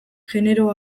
genero